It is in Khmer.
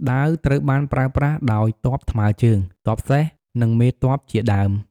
ដាវត្រូវបានប្រើប្រាស់ដោយទ័ពថ្មើរជើង ទ័ពសេះ និងមេទ័ពជាដើម។